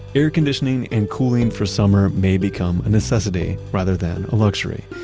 air conditioning and cooling for summer may become a necessity rather than a luxury,